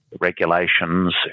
regulations